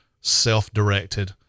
self-directed